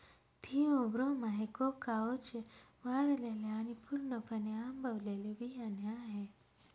Theobroma हे कोकाओचे वाळलेले आणि पूर्णपणे आंबवलेले बियाणे आहे